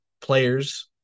players